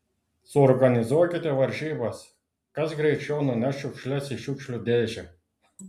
suorganizuokite varžybas kas greičiau nuneš šiukšles į šiukšlių dėžę